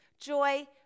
Joy